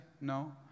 no